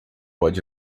pode